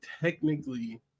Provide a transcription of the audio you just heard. technically